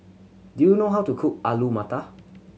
do you know how to cook Alu Matar